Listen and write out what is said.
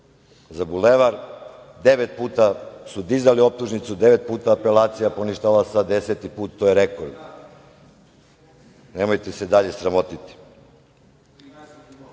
za Bulevar. Devet puta su dizali optužnicu, devet puta je apelacija poništavala, sad deseti put, to je rekord. Nemojte se dalje sramotiti. Most